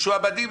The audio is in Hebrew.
משועבדים,